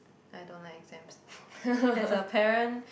I don't like exams as a parent